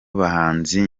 bahanzi